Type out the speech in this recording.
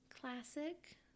classic